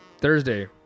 Thursday